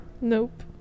nope